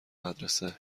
مدرسه